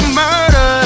murder